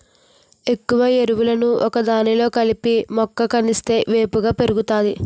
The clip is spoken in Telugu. ఎక్కువ ఎరువులను ఒకదానిలో కలిపి మొక్క కందిస్తే వేపుగా పెరుగుతాది